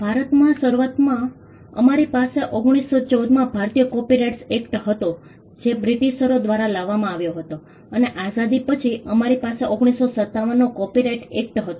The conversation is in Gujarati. ભારતમાં શરૂઆતમાં અમારી પાસે 1914 માં ભારતીય કોપિરાઇટ્સ એક્ટ હતો જે બ્રિટિશરો દ્વારા લાવવામાં આવ્યો હતો અને આઝાદી પછી અમારી પાસે 1957 નો કોપિરાઇટ એક્ટ હતો